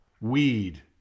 weed